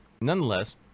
nonetheless